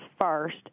first